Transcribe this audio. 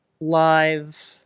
live